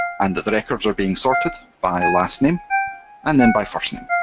and the records are being sorted by last name and then by first name.